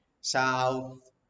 South